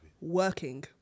Working